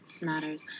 matters